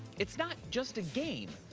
it's not just a game.